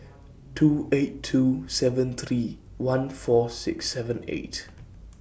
two eight two seven three one four six seven eight